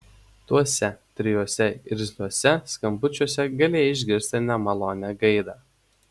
tuose trijuose irzliuose skambučiuose galėjai išgirsti nemalonią gaidą